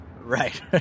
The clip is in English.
Right